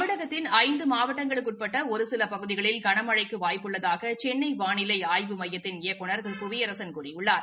தமிழகத்தின் ஐந்து மாவட்டங்களுக்கு உட்பட்ட ஒரு சில பகுதிகளில் கனமழைக்கு வாய்ப்பு உள்ளதாக சென்னை வாளிலை ஆய்வு மையத்தின் இயக்குநர் திரு புவியரசன் கூறியுள்ளார்